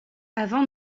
avant